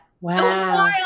Wow